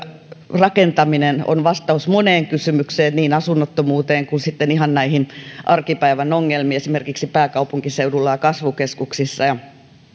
rakentaminen on vastaus moneen kysymykseen niin asunnottomuuteen kuin sitten ihan näihin arkipäivän ongelmiin esimerkiksi pääkaupunkiseudulla ja kasvukeskuksissa